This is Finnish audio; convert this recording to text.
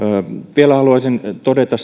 vielä haluaisin todeta